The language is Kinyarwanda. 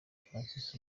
francis